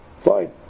fine